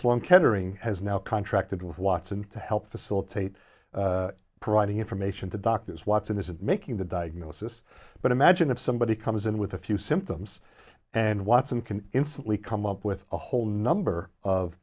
sloan kettering has now contracted with watson to help facilitate providing information to doctors watson isn't making the diagnosis but imagine if somebody comes in with a few symptoms and watson can instantly come up with a whole number of